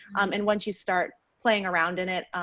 and once you start playing around in it.